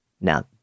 Now